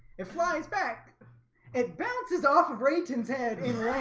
it flies back it bounces off of ratings head